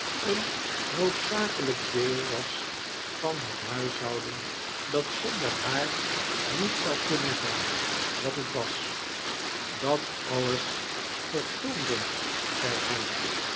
een noodzakelijk deel was van het huishouden dat zonder haar niet zou kunnen zijn charles dickens wat bet was dat alles vartoonden zij hem